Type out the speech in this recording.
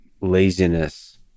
laziness